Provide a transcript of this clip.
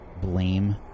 Blame